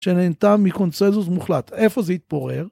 שנהנתה מקונצנזוס מוחלט, איפה זה התפורר?